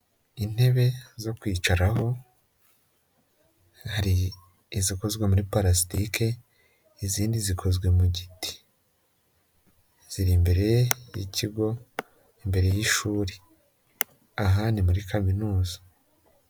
Intebe zo kwicaraho hari izikozwe muri palasitike izindi zikozwe mu giti. Ziri imbere y'ikigo, imbere y'ishuri. Aha ni muri kaminuza.